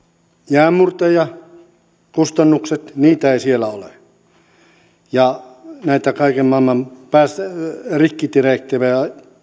jäänmurtajakustannukset niitä ei siellä ole ja näitä kaiken maailman rikkidirektiivejä